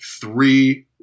three